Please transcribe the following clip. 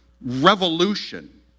revolution